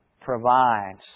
provides